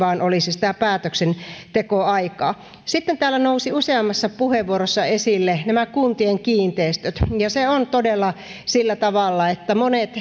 vain olisi sitä päätöksentekoaikaa sitten täällä nousivat useammassa puheenvuorossa esille nämä kuntien kiinteistöt se on todella sillä tavalla että monet